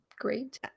great